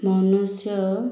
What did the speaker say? ମନୁଷ୍ୟ